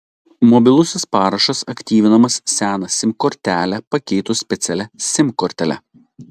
mobilusis parašas aktyvinamas seną sim kortelę pakeitus specialia sim kortele